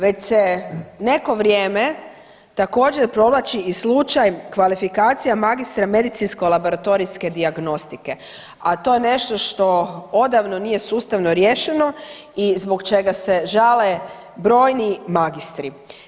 Već se neko vrijeme također provlači i slučaj kvalifikacija magistra medicinsko laboratorijske dijagnostike, a to je nešto što odavno nije sustavno riješeno i zbog čega se žale brojni magistri.